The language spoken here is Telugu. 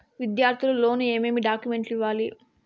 విద్యార్థులు లోను ఏమేమి డాక్యుమెంట్లు ఇవ్వాలి?